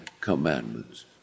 commandments